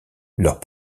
leurs